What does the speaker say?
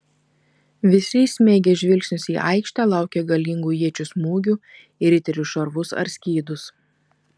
visi įsmeigę žvilgsnius į aikštę laukė galingų iečių smūgių į riterių šarvus ar skydus